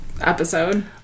episode